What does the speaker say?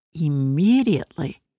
Immediately